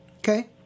Okay